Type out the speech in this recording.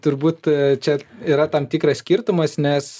turbūt čia yra tam tikras skirtumas nes